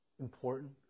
important